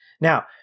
Now